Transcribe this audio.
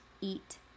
eat